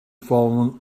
fallen